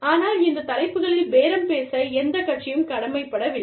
ஆனால் இந்த தலைப்புகளில் பேரம் பேச எந்தக் கட்சியும் கடமைப்படவில்லை